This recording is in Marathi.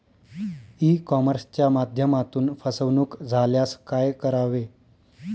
ई कॉमर्सच्या माध्यमातून फसवणूक झाल्यास काय करावे?